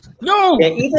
no